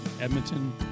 Edmonton